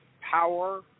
power